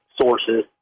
sources